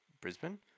Brisbane